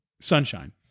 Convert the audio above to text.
Sunshine